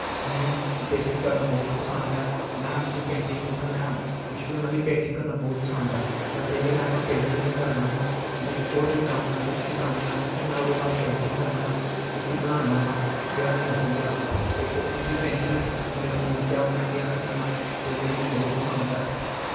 मिगी पेंटिंग करना बौह्त पसंद ऐ में अपनी पेंटिंग कन्नै कुश बी करना मिगी पेंटिंग करना बौह्त पसंद ऐ में बेह्ले टैम पर पेंटिंग गै करना होना जियां कि होर कोई कम्म होऐ कुश बी कम्म होऐ फिर में ओह्दे बाद पेंटिंग करना होना कुश बी बनाना होना जेह्ड़ा मिगी लब्भी जा क्योंकि पेंटिंग मेरा खून च ऐ हून में आक्खी सकना पेंटिंग मिगी बौह्त पसंद ऐ